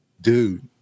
Dude